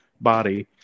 body